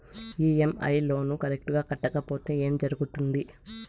EMI loan correct గా కట్టకపోతే ఏం జరుగుతుంది